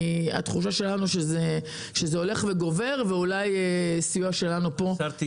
התחושה שלנו היא שזה הולך וגובר ואולי סיוע שלנו יכול לעזור.